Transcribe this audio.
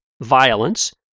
Violence